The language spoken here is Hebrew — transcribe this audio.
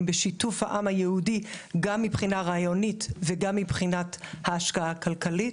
הם בשיתוף העם היהודי גם מבחינה רעיונית וגם מבחינת ההשקעה הכלכלית,